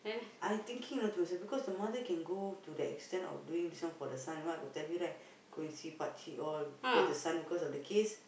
I thinking ah to myself because the mother can go to the extent of doing some for the son that one I got tell you right go and see pakcik all for the son because of the case